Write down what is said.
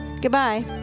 Goodbye